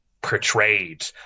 portrayed